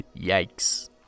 Yikes